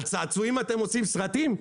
על צעצועים אתם עושים סרטים?